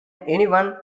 anyone